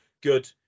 good